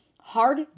Hard